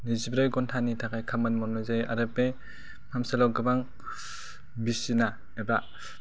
नैजिब्रै घन्टानि थाखाय खामानि मावनाय जायो आरो बे फाहामसालियाव गोबां बिसिना एबा